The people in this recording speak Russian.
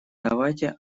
давайте